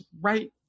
right